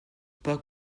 pas